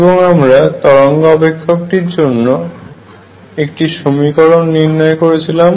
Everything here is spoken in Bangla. এবং আমরা তরঙ্গ অপেক্ষকটির জন্য একটি সমীকরণ নির্ণয় করেছিলাম